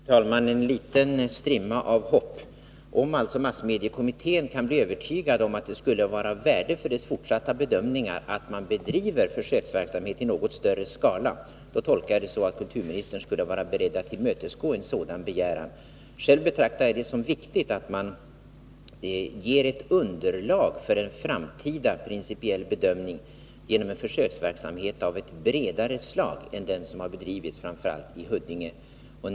Fru talman! Det var ändå en liten strimma av hopp. Jag tolkar det så, att Torsdagen den om massmediekommittén kan bli övertygad om att det skulle vara av värde — 14 april 1983 för dess fortsatta bedömningar att försöksverksamhet bedrevs i något större skala än nu, då skulle kulturministern vara beredd att tillmötesgå en sådan begäran. Själv betraktar jag det som viktigt att man skapar underlag för en framtida principiell bedömning genom en bredare försöksverksamhet än den som har bedrivits framför allt i Huddinge.